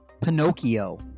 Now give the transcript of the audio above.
Pinocchio